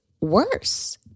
worse